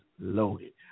loaded